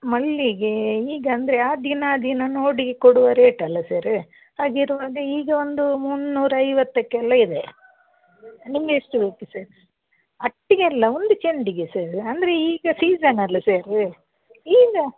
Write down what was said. ಮಲ್ಲಿಗೇ ಈಗ ಅಂದರೆ ಆ ದಿನ ದಿನ ನೋಡಿ ಕೊಡುವ ರೇಟ್ ಅಲ್ಲ ಸರ್ ಹಾಗಿರುವಾಗ ಈಗ ಒಂದು ಮುನ್ನೂರು ಐವತ್ತಕ್ಕೆಲ್ಲ ಇದೆ ನಿಮಗೆ ಎಷ್ಟು ಬೇಕು ಸರ್ ಅಟ್ಟಿಗೆ ಅಲ್ಲ ಒಂದು ಚಂಡಿಗೆ ಸರ್ ಅಂದರೆ ಈಗ ಸೀಸನ್ ಅಲ ಸರ್ ಈಗ